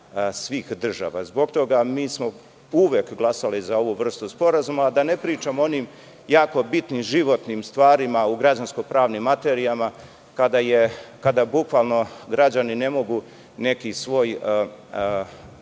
svih država. Zbog toga smo mi uvek glasali za ovu vrstu sporazuma, a da ne pričam o onim jako bitnim životnim stvarima u građansko-pravnim materijama, kada bukvalno građani ne mogu niti svoj